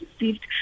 received